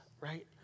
right